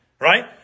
Right